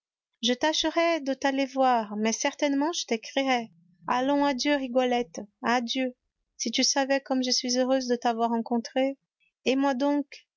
je tâcherai de t'aller voir mais certainement je t'écrirai allons adieu rigolette adieu si tu savais comme je suis heureuse de t'avoir rencontrée et moi donc